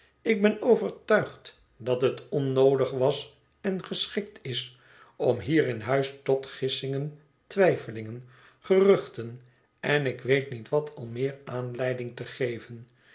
ik ben overtuigd dat het onnoodig was en geschikt is om hier in huis tot gissingen twijfelingen geruchten en ik weet niet wat al meer aanleiding te geven